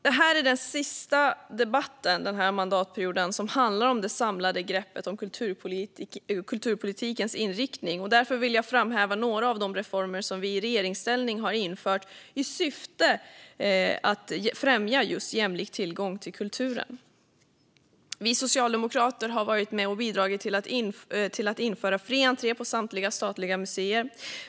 Detta är den sista debatten den här mandatperioden som handlar om det samlade greppet om kulturpolitikens inriktning. Därför vill jag framhäva några av de reformer som vi i regeringsställning har infört i syfte att främja just jämlik tillgång till kultur. Vi socialdemokrater har varit med och bidragit till att införa fri entré på samtliga statliga museer.